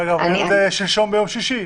כמו, להבדיל, מה שקרה ביום שישי.